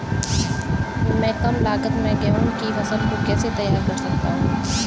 मैं कम लागत में गेहूँ की फसल को कैसे तैयार कर सकता हूँ?